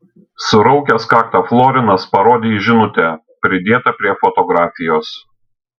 suraukęs kaktą florinas parodė į žinutę pridėtą prie fotografijos